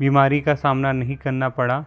बीमारी का सामना नहीं करना पड़ा